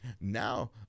now